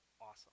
awesome